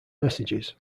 messages